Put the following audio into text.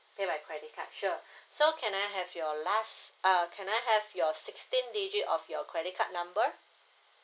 pay by credit card sure so can I have your last uh can I have your sixteen digit of your credit card number